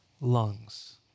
lungs